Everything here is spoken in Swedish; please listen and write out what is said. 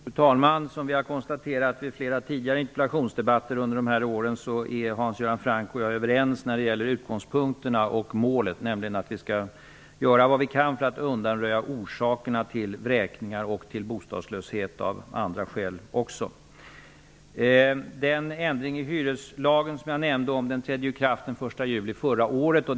Fru talman! Som vi har konstaterat vid flera tidigare interpellationsdebatter under åren är Hans Göran Franck och jag överens när gäller utgångspunkterna och målet, nämligen att vi skall göra vad vi kan för att undanröja orsakerna till vräkningar och bostadslöshet av andra skäl. Den ändring i hyreslagen som jag nämnde trädde i kraft den 1 juli förra året.